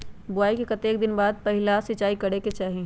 बोआई के कतेक दिन बाद पहिला सिंचाई करे के चाही?